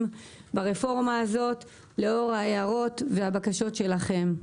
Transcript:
ברפורמה הזאת לאור ההערות והבקשות שלכם.